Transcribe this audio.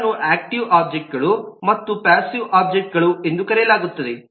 ಅವುಗಳನ್ನು ಆಕ್ಟಿವ್ ಒಬ್ಜೆಕ್ಟ್ಗಳು ಮತ್ತು ಪಾಸ್ಸಿವ್ ಒಬ್ಜೆಕ್ಟ್ಗಳು ಎಂದು ಕರೆಯಲಾಗುತ್ತದೆ